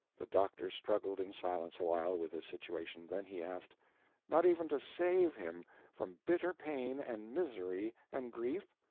the doctor struggled in silence awhile with this situation then he asked not even to save him from bitter pain and misery and grief?